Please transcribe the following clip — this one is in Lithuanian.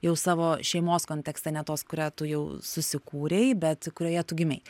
jau savo šeimos kontekste ne tos kurią tu jau susikūrei bet kurioje tu gimei